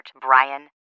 Brian